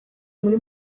muri